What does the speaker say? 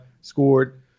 scored